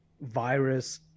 virus